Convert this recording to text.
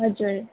हजुर